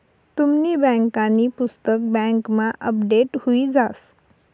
तुमनी बँकांनी पुस्तक बँकमा अपडेट हुई जास